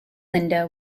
linda